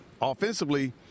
Offensively